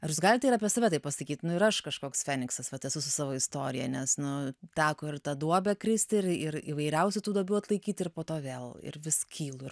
ar jūs galite ir apie save taip pasakyti nu ir aš kažkoks feniksas va tas su savo istorija nes nu teko ir į tą duobę kristi ir ir įvairiausių tų duobių atlaikyti ir po to vėl ir vis kylu ir